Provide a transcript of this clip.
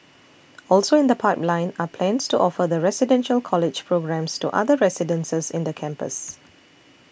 also in the pipeline are plans to offer the Residential College programmes to other residences in the campus